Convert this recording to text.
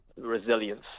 resilience